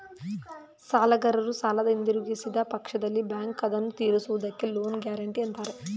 ಸಾಲಗಾರರು ಸಾಲನ ಹಿಂದಿರುಗಿಸಿದ ಪಕ್ಷದಲ್ಲಿ ಬ್ಯಾಂಕ್ ಅದನ್ನು ತಿರಿಸುವುದಕ್ಕೆ ಲೋನ್ ಗ್ಯಾರೆಂಟಿ ಅಂತಾರೆ